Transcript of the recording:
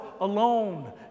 alone